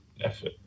effort